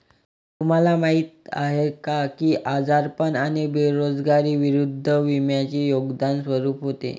तुम्हाला माहीत आहे का की आजारपण आणि बेरोजगारी विरुद्ध विम्याचे योगदान स्वरूप होते?